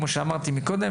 כמו שאמרתי קודם,